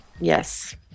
Yes